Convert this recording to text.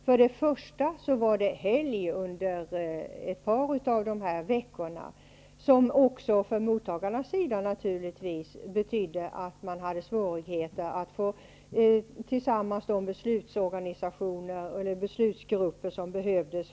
För det första var det helger under ett par av dessa veckor, något som också för mottagarlandet naturligtvis medförde svårigheter att kalla samman de instanser som skulle fatta de nödvändiga besluten.